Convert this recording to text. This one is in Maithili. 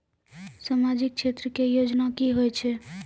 समाजिक क्षेत्र के योजना की होय छै?